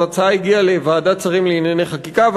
ההצעה הגיעה לוועדת שרים לענייני חקיקה,